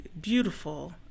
beautiful